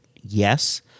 yes